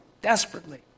desperately